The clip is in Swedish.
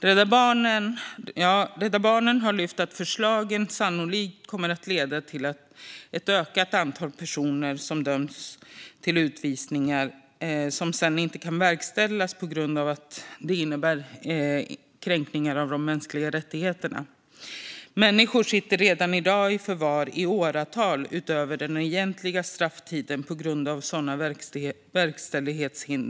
Rädda Barnen har lyft fram att förslagen sannolikt kommer att leda till att ett ökat antal personer döms till utvisning som sedan inte kan verkställas på grund av att det skulle innebära kränkningar av de mänskliga rättigheterna. Människor sitter redan i dag i förvar i åratal utöver den egentliga strafftiden på grund av sådana verkställighetshinder.